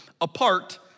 apart